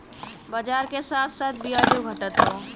बाजार के साथ साथ बियाजो घटत हौ